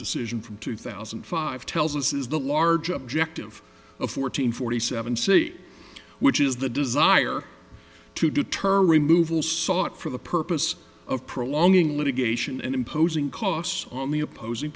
decision from two thousand and five tells us is the large objective of fourteen forty seven c which is the desire to deter removal sought for the purpose of prolonging litigation and imposing costs on the opposing